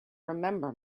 remember